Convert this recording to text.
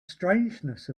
strangeness